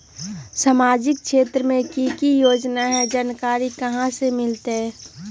सामाजिक क्षेत्र मे कि की योजना है जानकारी कहाँ से मिलतै?